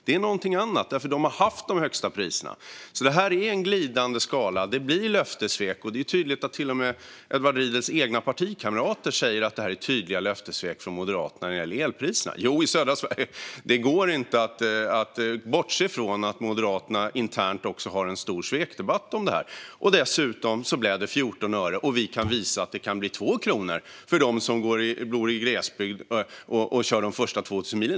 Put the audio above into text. Det är någonting annat. De har nämligen haft de högsta priserna. Detta är en glidande skala. Det blir löftessvek, och det är tydligt att till och med Edward Riedls egna partikamrater säger att det är tydliga löftessvek från Moderaterna när det gäller elpriserna. Jo, det går inte att bortse från att Moderaterna internt också har en stor svekdebatt om detta. Dessutom blev det 14 öre, och vi kan visa att det kan bli 2 kronor för dem som bor i glesbygd och kör de första 2 000 milen.